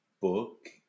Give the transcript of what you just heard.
book